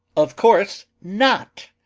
of course not.